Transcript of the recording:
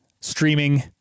streaming